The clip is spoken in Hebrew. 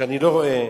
שאני לא רואה,